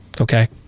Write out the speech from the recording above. Okay